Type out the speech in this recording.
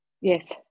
Yes